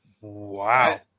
Wow